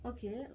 Okay